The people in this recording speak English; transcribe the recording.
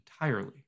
entirely